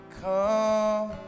come